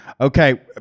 Okay